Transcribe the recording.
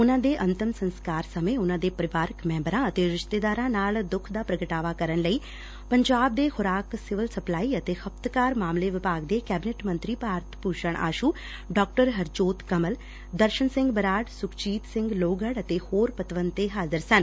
ਉਨੁਾ ਦੇ ਅੰਤਿਮ ਸੰਸਕਾਰ ਸਮੇ ਉਨੁਾ ਦੇ ਪਰਿਵਾਰਕ ਮੈਬਰਾਂ ਅਤੇ ਰਿਸਤੇਦਾਰਾਂ ਨਾਲ ਦੂੱਖ ਦਾ ਪ੍ਰਗਟਾਵਾ ਕਰਨ ਲਈ ਪੰਜਾਬ ਦੇ ਖੁਰਾਕ ਸਿਵਲ ਸਪਲਾਈ ਅਤੇ ਖਪਤਕਾਰ ਮਾਮਲੇ ਵਿਭਾਗ ਦੇ ਕੈਬਨਿਟ ਮੰਤਰੀ ਭਾਰਤ ਭੂਸਣ ਆਸੂ ਡਾ ਹਰਜੋਤ ਕਮਲ ਦਰਸ਼ਨ ਸਿੰਘ ਬਰਾੜ ਸੁਖਜੀਤ ਸਿੰਘ ਲੋਹਗੜ੍ ਅਤੇ ਹੋਰ ਪਤਵੰਤੇ ਹਾਜ਼ਰ ਸਨ